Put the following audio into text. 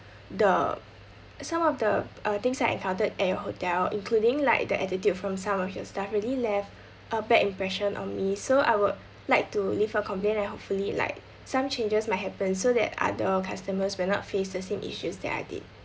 the some of the uh things I encountered at your hotel including like the attitude from some of your staffs really left a bad impression on me so I would like to leave a complaint and hopefully like some changes might happen so that other customers will not face the same issues that I did